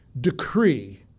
decree